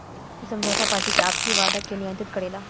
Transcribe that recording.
इ समझौता पार्टी के आपसी वादा के नियंत्रित करेला